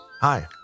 Hi